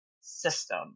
system